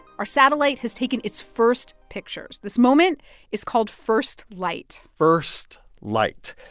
our satellite has taken its first pictures. this moment is called first light first light.